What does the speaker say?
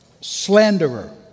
Slanderer